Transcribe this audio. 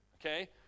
Okay